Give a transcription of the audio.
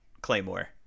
Claymore